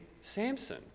Samson